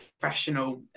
professional